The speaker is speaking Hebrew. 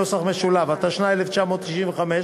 התשנ"ה 1995,